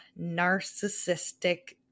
narcissistic